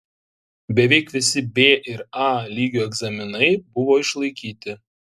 beveik visi b ir a lygio egzaminai buvo išlaikyti